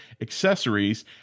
accessories